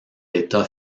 état